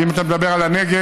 אם אתה מדבר על הנגב,